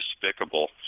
despicable